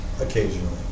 occasionally